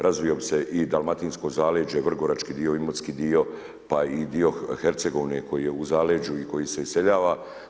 Razvio bi se i dalmatinsko zaleđe, vrgorački dio, imotski dio pa i dio Hercegovine koji je u zaleđu i koji se iseljava.